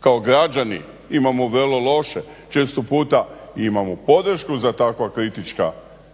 Kao građani imamo vrlo loše, često puta i imamo podršku za takva kritička